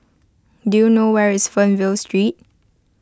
do you know where is Fernvale Street